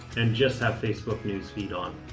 and just have facebook newsfeed on.